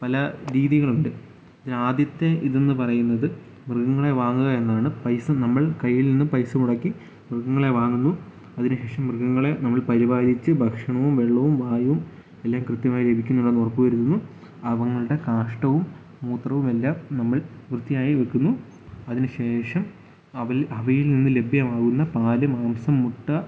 പല രീതികളുണ്ട് അതിന് ആദ്യത്തെ ഇതെന്ന് പറയുന്നത് മൃഗങ്ങളെ വാങ്ങുകയെന്നാണ് പൈസ നമ്മൾ കൈയ്യിൽ നിന്ന് പൈസ മുടക്കി മൃഗങ്ങളെ വാങ്ങുന്നു അതിനുശേഷം മൃഗങ്ങളെ നമ്മൾ പരിപാലിച്ച് ഭക്ഷണവും വെള്ളവും വായുവും എല്ലാം കൃത്യമായി ലഭിക്കുന്നുണ്ടോയെന്ന് ഉറപ്പ് വരുത്തുന്നു അവങ്ങളുടെ കാഷ്ടവും മൂത്രവുമെല്ലാം നമ്മൾ വൃത്തിയായി വെക്കുന്നു അതിനു ശേഷം അവയിൽ അവയിൽ നിന്നും ലഭ്യമാകുന്ന പാൽ മാംസം മുട്ട